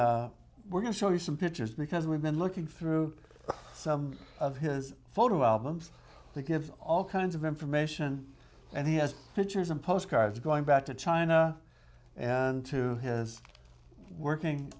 and we're going to show you some pictures because we've been looking through some of his photo albums to give all kinds of information and he has pictures and postcards going back to china and to his working